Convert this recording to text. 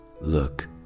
Look